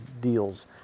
deals